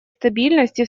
стабильности